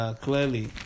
clearly